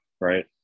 right